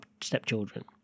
stepchildren